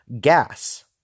gas